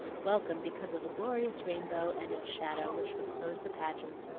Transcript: welcome because of the glorious rainbow and its shadow which would close the pageant.